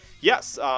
yes